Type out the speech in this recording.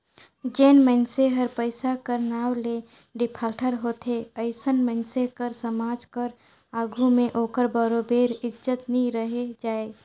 जेन मइनसे हर पइसा कर नांव ले डिफाल्टर होथे अइसन मइनसे कर समाज कर आघु में ओकर बरोबेर इज्जत नी रहि जाए